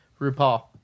RuPaul